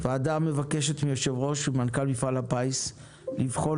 הוועדה מבקשת מיושב-ראש ומנכ"ל מפעל הפיס לבחון